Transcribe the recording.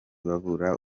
babura